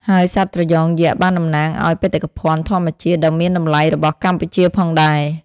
ហើយសត្វត្រយងយក្សបានតំណាងឲ្យបេតិកភណ្ឌធម្មជាតិដ៏មានតម្លៃរបស់កម្ពុជាផងដែរ។